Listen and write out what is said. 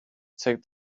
take